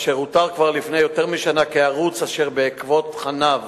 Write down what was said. אותר כבר לפני יותר משנה כערוץ אשר בעקבות תכניו